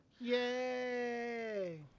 Yay